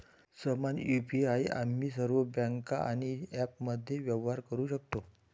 समान यु.पी.आई आम्ही सर्व बँका आणि ॲप्समध्ये व्यवहार करू शकतो